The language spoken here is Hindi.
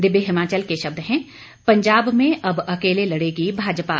दिव्य हिमाचल के शब्द हैं पंजाब में अब अकेले लड़ेगी भाजपा